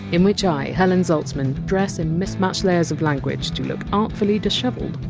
in which i, helen zaltzman, dress in mismatched layers of language, to look artfully dishevelled.